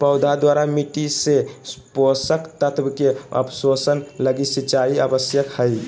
पौधा द्वारा मिट्टी से पोषक तत्व के अवशोषण लगी सिंचाई आवश्यक हइ